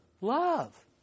love